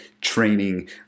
training